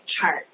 chart